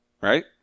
right